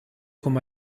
come